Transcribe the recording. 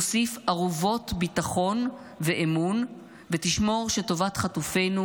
תוסיף ערובות ביטחון ואמון ותשמור שטובת חטופינו,